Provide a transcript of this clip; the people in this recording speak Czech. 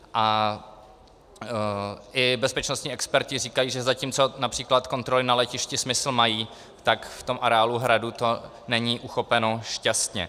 A i bezpečnostní experti říkají, že zatímco například kontroly na letišti smysl mají, tak v tom areálu Hradu do není uchopeno šťastně.